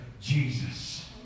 Jesus